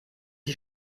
die